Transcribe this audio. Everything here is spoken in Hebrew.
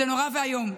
זה נורא ואיום.